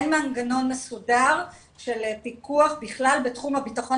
אין מנגנון מסודר של פיקוח בכלל בתחום הביטחון